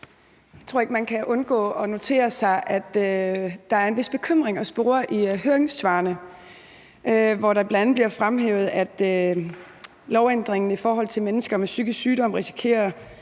Jeg tror ikke, man kan undgå at notere sig, at der er en vis bekymring at spore i høringssvarene, hvor det bl.a. bliver fremhævet, at lovændringen i forhold til mennesker med psykisk sygdom med